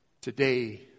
Today